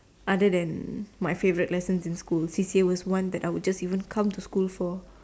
other than my favourite lessons in school C_C_A was one that I would just even come to school for